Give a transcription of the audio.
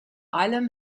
allem